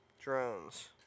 Drones